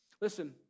Listen